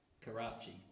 Karachi